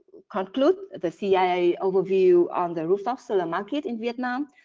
conclude the ceia overview on the rooftop solar market in vietnam.